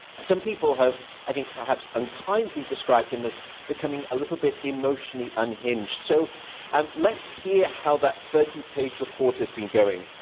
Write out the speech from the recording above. some people have, i think perhaps unkindly, described him as becoming a little bit emotionally unhinged. so um let's hear how that thirty page report has been going.